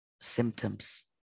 symptoms